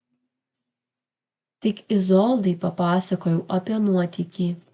tik izoldai papasakojau apie nuotykį